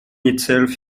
itself